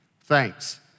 thanks